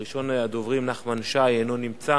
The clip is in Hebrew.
ראשון הדוברים הוא נחמן שי, אינו נמצא.